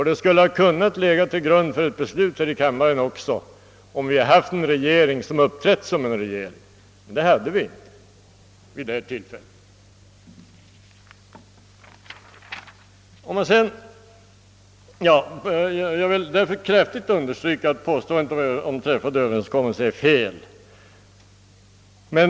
Det skulle ha kunnat ligga till grund för ett beslut här i kammaren också, om vi hade haft en regering som uppträtt som en regering. Men det hade vi inte vid detta tillfälle. Jag vill därför kraftigt understryka att påståendet om träffade överenskommelser är fel.